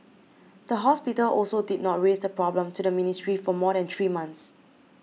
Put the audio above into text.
the hospital also did not raise the problem to the ministry for more than three months